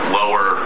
lower